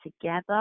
together